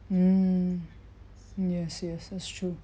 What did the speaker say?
mm yes yes that's true